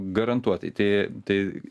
garantuoti tai tai